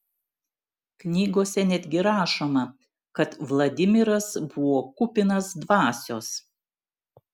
knygose netgi rašoma kad vladimiras buvo kupinas dvasios